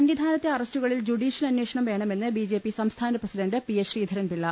സന്നിധാനത്തെ അറസ്റ്റുകളിൽ ജുഡീഷ്യൻ അന്വേഷണം വേണമെന്ന് ബി ജെ പി സംസ്ഥാന പ്രസിഡണ്ട് പി എസ് ശ്രീധരൻപിള്ള